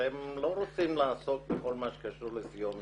אתם לא רוצים לעסוק בכל מה שקשור לסיוע משפטי,